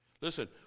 Listen